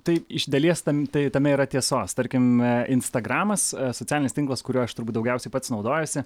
tai iš dalies tam tai tame yra tiesos tarkim instagramas socialinis tinklas kuriuo aš turbūt daugiausiai pats naudojuosi